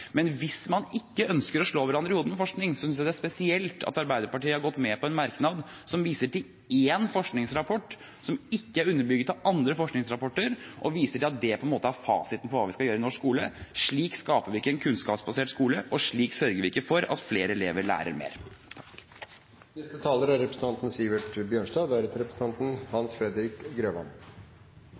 Men hvis man ikke ønsker å slå hverandre i hodet med forskning, synes jeg det er spesielt at Arbeiderpartiet har gått med på en merknad som viser til én forskningsrapport, som ikke er underbygd av andre forskningsrapporter, og viser til at det på en måte er fasiten for hva vi skal gjøre i norsk skole. Slik skaper vi ikke en kunnskapsbasert skole, og slik sørger vi ikke for at flere elever lærer mer.